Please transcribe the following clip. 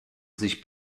sich